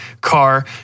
car